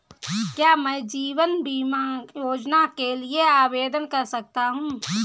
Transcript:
क्या मैं जीवन बीमा योजना के लिए आवेदन कर सकता हूँ?